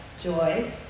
joy